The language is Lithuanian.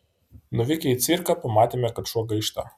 nuvykę į cirką pamatėme kad šuo gaišta